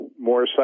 more